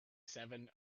seven